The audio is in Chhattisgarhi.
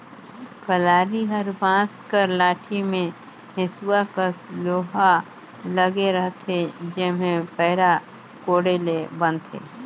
कलारी हर बांस कर लाठी मे हेसुवा कस लोहा लगे रहथे जेम्हे पैरा कोड़े ले बनथे